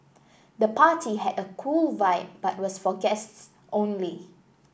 the party had a cool vibe but was for guests only